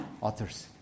authors